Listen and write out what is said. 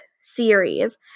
series